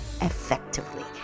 effectively